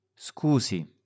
Scusi